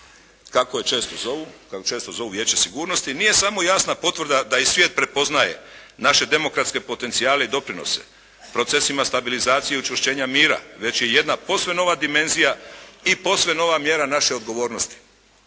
kako često zovu Vijeće sigurnosti nije samo jasna potvrda da i svijet prepoznaje naše demokratske potencijale i doprinose procesima stabilizacije i učvršćenja mira. Već je jedna posve nova dimenzija i posve nova mjera naše odgovornosti.